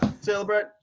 Celebrate